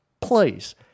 please